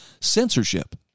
censorship